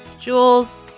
Jules